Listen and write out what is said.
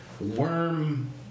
worm